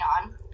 on